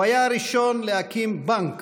הוא היה הראשון שהקים בנק